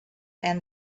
and